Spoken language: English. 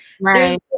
Right